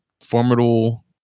formidable